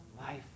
life